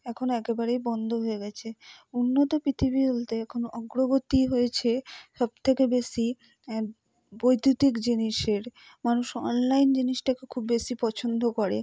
এখন একেবারেই বন্ধ হয়ে গেছে উন্নত পৃথিবী বলতে কোনো অগ্রগতি হয়েছে সব থেকে বেশি বৈদ্যুতিক জিনিসের মানুষ অনলাইন জিনিসটাকে খুব বেশি পছন্দ করে